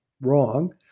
wrong